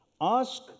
Ask